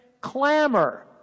clamor